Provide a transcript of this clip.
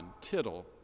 Tittle